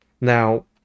Now